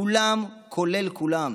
כולם, כולל כולם.